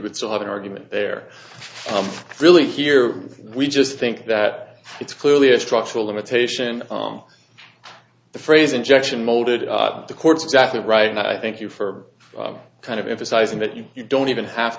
would still have an argument there really here we just think that it's clearly a structural limitation on the phrase injection molded the courts exactly right and i thank you for kind of emphasizing that you don't even have